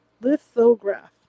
lithograph